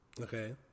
Okay